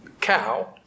cow